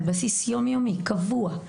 על בסיס יום יומי קבוע,